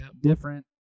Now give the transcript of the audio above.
Different